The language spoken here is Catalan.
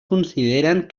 consideren